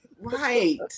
Right